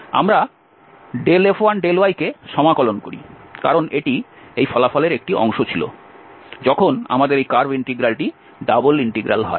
আমরা F1∂y কে সমাকলন করি কারণ এটি এই ফলাফলের একটি অংশ ছিল যখন আমাদের এই কার্ভ ইন্টিগ্রালটি ডাবল ইন্টিগ্রাল হয়